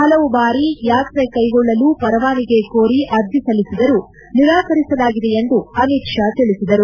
ಪಲವು ಬಾರಿ ಯಾತ್ರೆ ಕೈಗೊಳ್ಳಲು ಪರವಾನಗೆ ಕೋರಿ ಅರ್ಜಿ ಸಲ್ಲಿಸಿದರೂ ನಿರಾಕರಿಸಲಾಗಿದೆ ಎಂದು ಅಮಿತ್ ಷಾ ತಿಳಿಸಿದರು